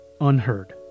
unheard